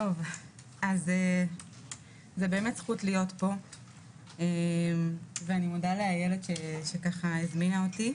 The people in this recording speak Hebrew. זו זכות להיות פה ואני מודה לאילת שהזמינה אותי.